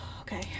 Okay